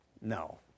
No